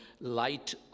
light